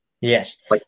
Yes